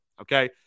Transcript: okay